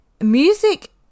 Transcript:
music